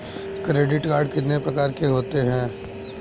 Credit card कितने प्रकार के होते हैं?